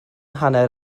hanner